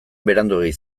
beranduegi